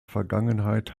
vergangenheit